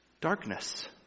Darkness